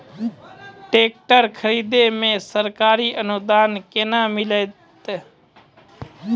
Tractor खरीदै मे सरकारी अनुदान केना मिलतै?